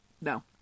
No